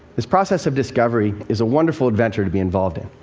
this process of discovery is a wonderful adventure to be involved in.